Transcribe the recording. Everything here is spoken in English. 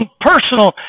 personal